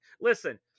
Listen